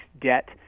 debt